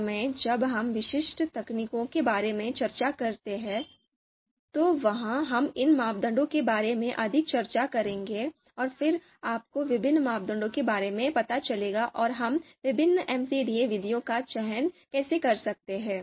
उस समय जब हम विशिष्ट तकनीकों के बारे में चर्चा करते हैं तो वहां हम इन मापदंडों के बारे में अधिक चर्चा करेंगे और फिर आपको विभिन्न मापदंडों के बारे में पता चलेगा और हम विभिन्न एमसीडीए विधियों का चयन कैसे कर सकते हैं